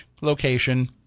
location